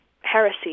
heresy